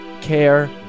care